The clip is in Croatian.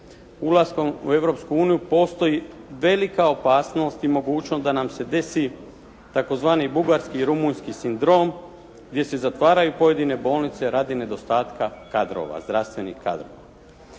uniju postoji velika opasnost i mogućnost da nam se desi tzv. bugarski i rumunjski sindrom, gdje se zatvaraju pojedine bolnice radi nedostatka kadrova, zdravstvenih kadrova.